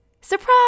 Surprise